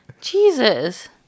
Jesus